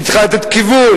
היא צריכה לתת כיוון.